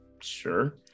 Sure